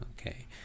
Okay